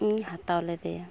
ᱤᱧ ᱦᱟᱛᱟᱣ ᱞᱮᱫᱮᱭᱟ